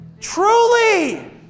truly